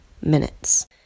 minutes